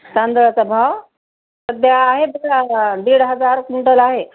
तांदळाचा भाव सध्या आहे दीड हजार क्विंटल आहे